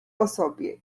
osobie